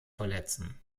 verletzen